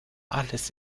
alles